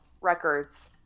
records